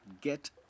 get